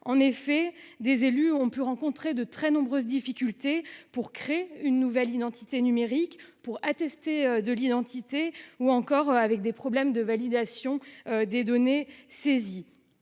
en effet des élus ont pu rencontrer de très nombreuses difficultés pour créer une nouvelle identité numérique pour attester de l'identité ou encore avec des problèmes de validation des données saisies.